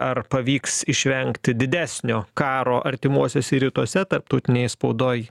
ar pavyks išvengti didesnio karo artimuosiuose rytuose tarptautinėj spaudoj